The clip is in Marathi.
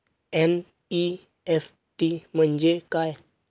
एन.ई.एफ.टी म्हणजे काय?